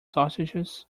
sausages